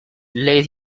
lee